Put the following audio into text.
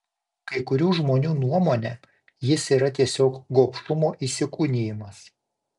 kai kurių žmonių nuomone jis yra tiesiog gobšumo įsikūnijimas